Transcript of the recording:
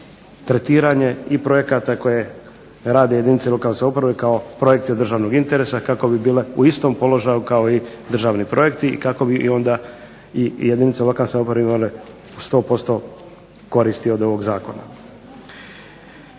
tretiranje i projekata koje rade jedinice lokalne samouprave kao projekti od državnog interesa, kako bi bile u istom položaju kao i državni projekti, i kako bi i onda i jedinice lokalne samouprave imale 100% koristi od ovog zakona.